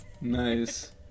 Nice